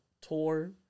tour